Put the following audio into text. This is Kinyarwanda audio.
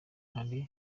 hari